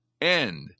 end